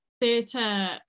theatre